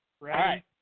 Right